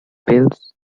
pills